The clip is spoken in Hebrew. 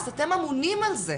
אתם אמונים על זה,